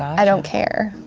i don't care.